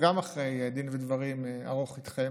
וגם אחרי דין ודברים ארוך איתכם,